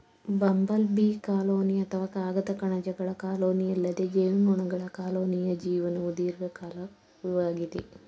bumble bee colony ಅಥವಾ ಕಾಗದ ಕಣಜಗಳ ಕಾಲೋನಿಯಲ್ಲದೆ ಜೇನುನೊಣಗಳ ಕಾಲೋನಿಯ ಜೀವನವು ದೀರ್ಘಕಾಲಿಕವಾಗಿದೆ